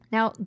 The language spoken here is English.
Now